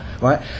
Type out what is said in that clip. Right